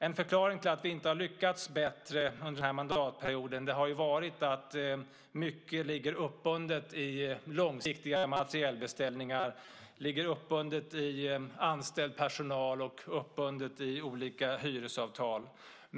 En förklaring till att vi inte har lyckats bättre under denna mandatperiod har varit att mycket ligger uppbundet i långsiktiga materielbeställningar, i anställd personal och i olika hyresavtal.